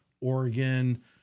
Oregon